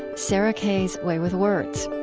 sarah kay's way with words.